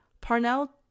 Parnell